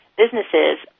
businesses